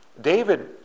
David